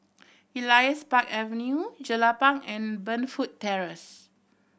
Elias Park Avenue Jelapang and Burnfoot Terrace